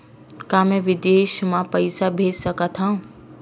का मैं विदेश म पईसा भेज सकत हव?